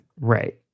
Right